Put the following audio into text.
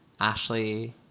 Ashley